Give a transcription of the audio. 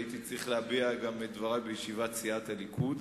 הייתי צריך להביע את דברי גם בישיבת סיעת הליכוד.